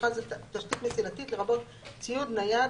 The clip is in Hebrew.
ובכלל זה תשתית מסילתית לרבות ציוד נייד,